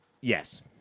Yes